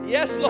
Yes